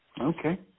Okay